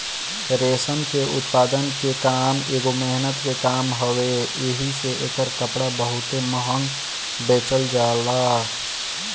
रेशम के उत्पादन के काम एगो मेहनत के काम हवे एही से एकर कपड़ा बहुते महंग बेचल जाला